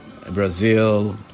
Brazil